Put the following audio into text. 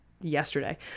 yesterday